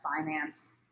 finance